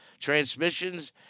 transmissions